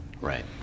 Right